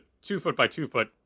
two-foot-by-two-foot